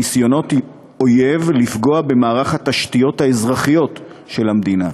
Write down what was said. ניסיונות אויב לפגוע במערך התשתיות האזרחיות של המדינה.